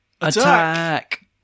Attack